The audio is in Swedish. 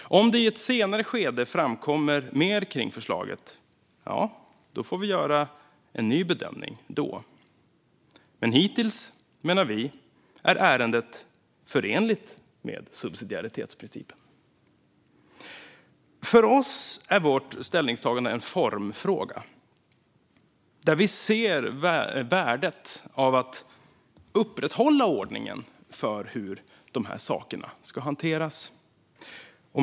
Om det i ett senare skede framkommer mer om förslaget får vi göra en ny bedömning, men hittills, menar vi, är ärendet förenligt med subsidiaritetsprincipen. För oss är vårt ställningstagande en formfråga där vi ser värdet av att upprätthålla ordningen för hur sakerna ska hanteras.